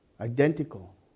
identical